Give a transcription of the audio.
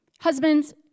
Husbands